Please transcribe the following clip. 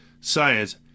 science